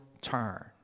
turn